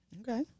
Okay